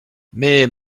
mais